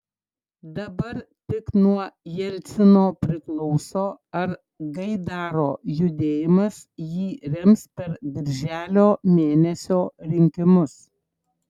dabar tik nuo jelcino priklauso ar gaidaro judėjimas jį rems per birželio mėnesio rinkimus